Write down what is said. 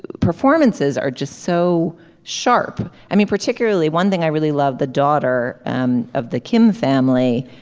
performances are just so sharp. i mean particularly one thing i really love the daughter um of the kim family.